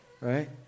Right